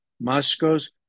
Moscow's